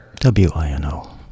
WINO